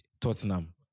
Tottenham